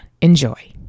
enjoy